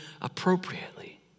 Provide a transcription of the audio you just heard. appropriately